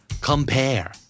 Compare